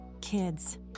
Kids